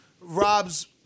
Rob's